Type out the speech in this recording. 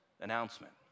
announcement